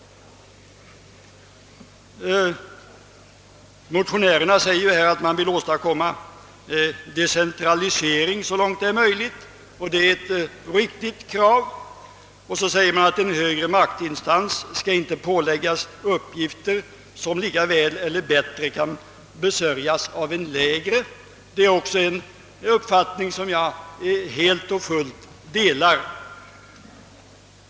Motionärerna säger att man vill åstadkomma decentralisering så långt det är möjligt, och det är ett riktigt krav. Så säger man att en högre maktinstans inte skall åläggas uppgifter som lika väl eller bättre kan ombesörjas av en lägre. Det är också en uppfattning som jag helt och fullt delar.